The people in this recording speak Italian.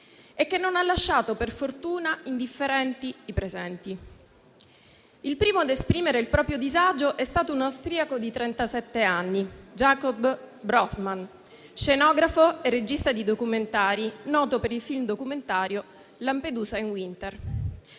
non ha lasciato indifferenti i presenti. Il primo ad esprimere il proprio disagio è stato un austriaco di trentasette anni, JaKob Brossman, scenografo e regista di documentari, noto per il film documentario «Lampedusa in winter».